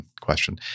question